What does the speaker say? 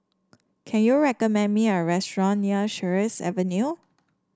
can you recommend me a restaurant near Sheares Avenue